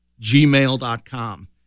gmail.com